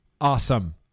Awesome